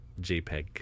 JPEG